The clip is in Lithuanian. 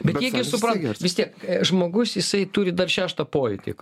bet jie gi supranta vis tiek žmogus jisai turi dar šeštą pojūtį